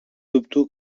dubto